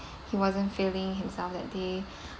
he wasn't feeling himself that day